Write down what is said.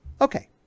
Okay